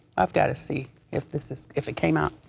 i've gotta see if this is, if it came out.